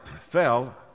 fell